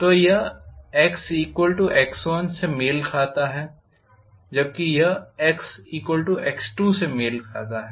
तो यह xx1से मेल खाता है जबकि यह xx2से मेल खाता है